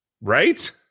Right